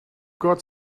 got